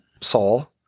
Saul